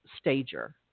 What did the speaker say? stager